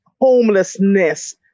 homelessness